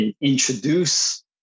introduce